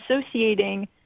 associating